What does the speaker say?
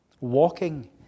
Walking